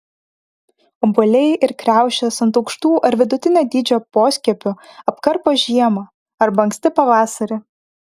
obuoliai ir kriaušės ant aukštų ar vidutinio dydžio poskiepių apkarpo žiemą arba anksti pavasarį